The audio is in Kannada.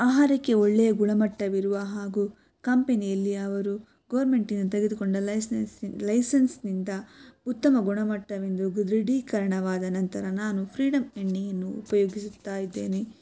ಆಹಾರಕ್ಕೆ ಒಳ್ಳೆಯ ಗುಣಮಟ್ಟವಿರುವ ಹಾಗೂ ಕಂಪೆನಿಯಲ್ಲಿ ಅವರು ಗವರ್ಮೆಂಟಿನಿಂದ ತೆಗೆದುಕೊಂಡ ಲೈಸೆನ್ಸ್ ಲೈಸೆನ್ಸ್ನಿಂದ ಉತ್ತಮ ಗುಣಮಟ್ಟವೆಂದು ದೃಢೀಕರಣವಾದ ನಂತರ ನಾನು ಫ್ರೀಡಮ್ ಎಣ್ಣೆಯನ್ನು ಉಪಯೋಗಿಸುತ್ತಾ ಇದ್ದೇನೆ